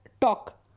talk